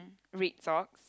red socks